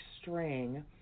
string